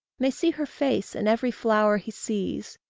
may see her face in every flower he sees,